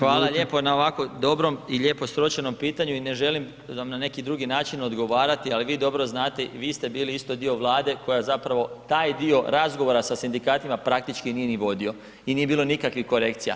Hvala lijepo na ovako dobrom i lijepo sročenom pitanju i ne želim vam na neki drugi način odgovarati ali vi dobro znate i vi ste bili isto dio Vlade koja zapravo taj dio razgovora sa sindikatima praktički nije ni vodio i nije bilo nikakvih korekcija.